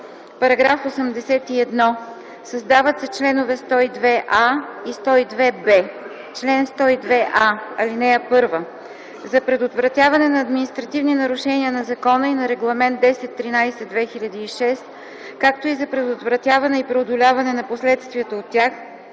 „§ 81. Създават се чл. 102а и 102б: „Чл. 102а. (1) За предотвратяване на административни нарушения на закона и на Регламент 1013/2006, както и за предотвратяване и преодоляване на последствията от тях,